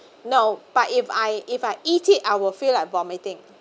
no but if I if I eat it I will feel like vomiting